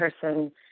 person